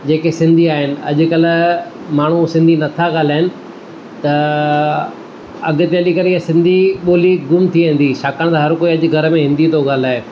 जे के सिंधी आहिनि अॼु कल्ह माण्हू सिंधी न था ॻाल्हाइनि त अॻिते हली करे सिंधी ॿोली गुमु थी वेंदी छाकाणि त हरि कोई अॼु घर में हिंदी थो ॻाल्हाए